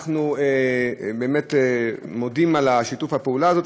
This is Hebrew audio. אנחנו מודים על שיתוף הפעולה הזה,